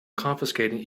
confiscating